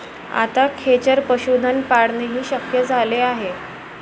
आता खेचर पशुधन पाळणेही शक्य झाले आहे